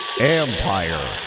Empire